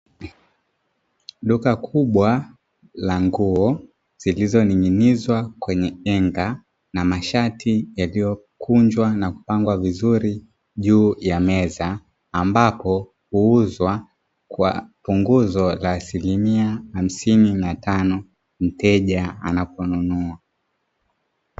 Duka kubwa la nguo zilizoning’inizwa kwenye henga na mashati yaliyokunjwa na kupangwa vizuri juu ya meza. Ambapo huuzwa kwa punguzo la asilimia hamsini na tano, mteja anaponunua.